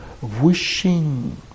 Wishing